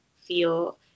feel